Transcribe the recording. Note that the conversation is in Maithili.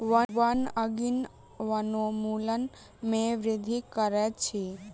वन अग्नि वनोन्मूलन में वृद्धि करैत अछि